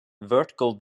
vertical